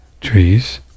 trees